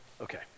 Okay